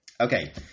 okay